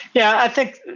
yeah, i think,